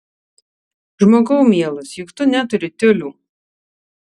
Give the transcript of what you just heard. žmogau mielas juk tu neturi tiulių